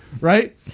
right